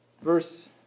Verse